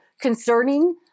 concerning